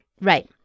Right